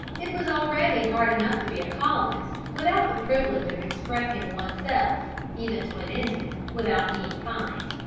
it was already hard enough to be a colonist, without the privilege of expressing one's self even to an indian without being fined.